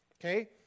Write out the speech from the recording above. Okay